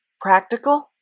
practical